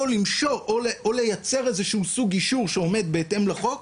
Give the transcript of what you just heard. או לייצר סוג של גישור שעומד בהתאם לחוק,